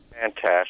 Fantastic